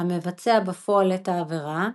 המבצע בפועל את העבירה.